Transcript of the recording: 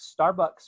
Starbucks